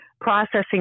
processing